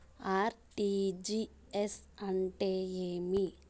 RTGS అంటే ఏమి